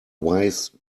wise